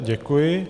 Děkuji.